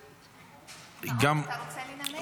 אתה רוצה לנמק?